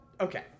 okay